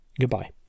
goodbye